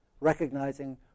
recognizing